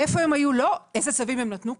איפה הם היו היום, איזה צווים הם נתנו.